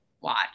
watch